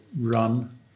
run